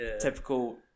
typical